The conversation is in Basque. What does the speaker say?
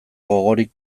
gogorik